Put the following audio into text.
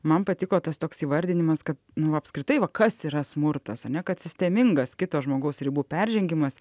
man patiko tas toks įvardinimas kad nu apskritai va kas yra smurtas ane kad sistemingas kito žmogaus ribų peržengimas